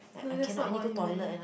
no that's not what he meant